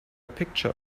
picture